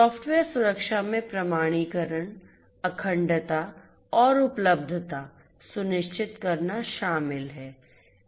software सुरक्षा में प्रमाणीकरण अखंडता और उपलब्धता सुनिश्चित करना शामिल है